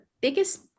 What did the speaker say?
biggest